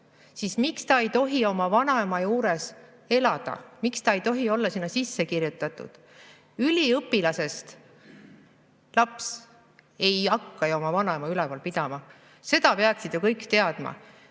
siis miks ta ei tohi oma vanaema juures elada, miks ta ei tohi olla sinna sisse kirjutatud? Üliõpilasest laps ei hakka ju oma vanaema üleval pidama. Seda peaksid ju kõik teadma.